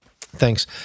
thanks